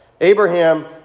Abraham